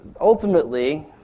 ultimately